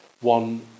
one